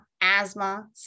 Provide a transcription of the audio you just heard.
asthma